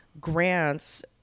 grants